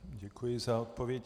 Děkuji za odpověď.